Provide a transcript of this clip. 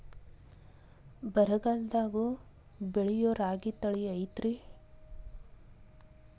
ಬರಗಾಲದಾಗೂ ಬೆಳಿಯೋ ರಾಗಿ ತಳಿ ಐತ್ರಿ?